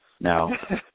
Now